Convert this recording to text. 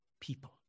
people